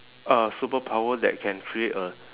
a superpower that can create a